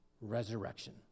resurrection